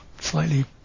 slightly